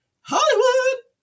Hollywood